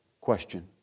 question